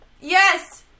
Yes